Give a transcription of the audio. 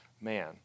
man